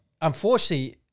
unfortunately